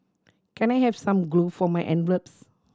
can I have some glue for my envelopes